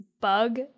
bug